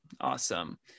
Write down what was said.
Awesome